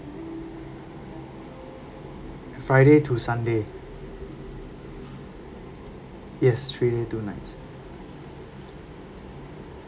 friday to sunday yes three day two nights